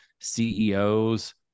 CEOs